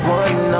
one